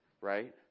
right